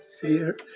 fear